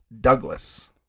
Douglas